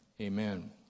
amen